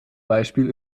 beispiel